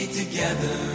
together